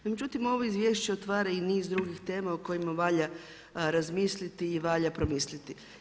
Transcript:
No, međutim, ovo Izvješće otvara i niz drugih tema o kojima valja razmisliti i valja promisliti.